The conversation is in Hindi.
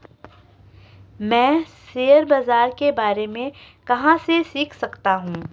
मैं शेयर बाज़ार के बारे में कहाँ से सीख सकता हूँ?